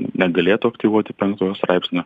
negalėtų aktyvuoti penktojo straipsnio